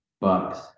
Bucks